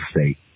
state